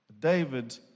David